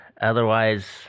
Otherwise